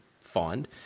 find